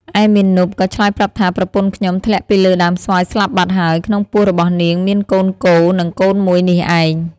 ឯមាណពក៏ឆ្លើយប្រាប់ថា ប្រពន្ធខ្ញុំធ្លាក់ពីលើដើមស្វាយស្លាប់បាត់ហើយ ក្នុងពោះរបស់នាងមានកូនគោនិងកូនមួយនេះឯង ។